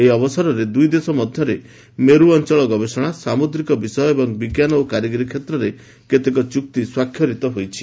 ଏହି ଅବସରରେ ଦୁଇଦେଶ ମଧ୍ୟରେ ମେରୁ ଅଞ୍ଚଳ ଗବେଷଣା ସାମୁଦ୍ରିକ ବିଷୟ ଏବଂ ବିଜ୍ଞାନ ଓ କାରିଗରୀ କ୍ଷେତ୍ରରେ କେତେକ ଚୁକ୍ତି ସ୍ୱାକ୍ଷରିତ ହୋଇଛି